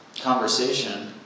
conversation